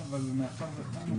שוב,